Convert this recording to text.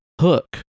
hook